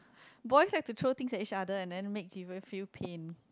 boys have to throw things at each other and then to make people feel pain